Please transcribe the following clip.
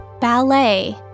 ballet